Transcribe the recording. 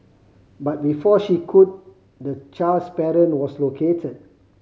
but before she could the child's parent was located